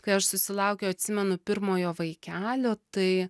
kai aš susilaukiau atsimenu pirmojo vaikelio tai